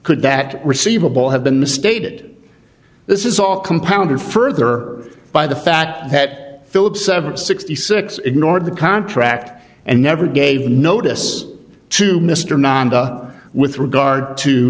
could that receivable have been misstated this is all compounded further by the fact that phillip seven sixty six ignored the contract and never gave notice to mr nanda with regard to